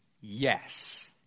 yes